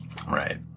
right